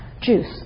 juice